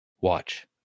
watch